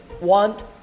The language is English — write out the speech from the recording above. want